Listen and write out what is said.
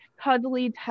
cuddly